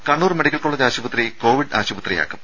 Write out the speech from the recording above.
Kannur medical college ആശുപത്രി Covid ആശുപത്രിയാക്കും